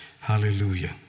Hallelujah